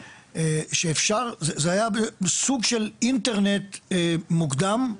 המהות היא סוג של אינטרנט מוקדם,